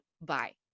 bye